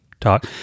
talk